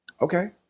Okay